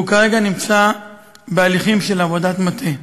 והוא כרגע נמצא בהליכים של עבודת מטה.